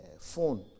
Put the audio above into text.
phone